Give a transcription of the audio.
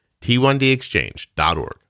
T1DExchange.org